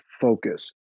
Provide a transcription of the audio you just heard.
focus